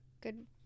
Good